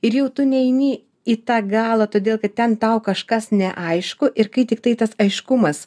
ir jau tu neini į tą galą todėl kad ten tau kažkas neaišku ir kai tiktai tas aiškumas